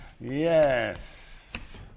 Yes